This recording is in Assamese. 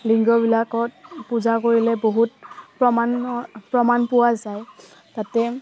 লিংগবিলাকত পূজা কৰিলে বহুত প্ৰমাণৰ প্ৰমাণ পোৱা যায় তাতে